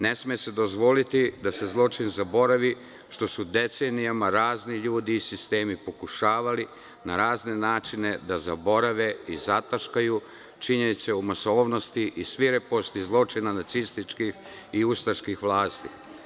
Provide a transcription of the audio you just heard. Ne sme se dozvoliti da se zločin zaboravi, što su decenijama razni ljudi i sistemi pokušavali na razne načine, da zaborave i zataškaju činjenice o masovnosti i svireposti zločina nacističkih i ustaških vlasti.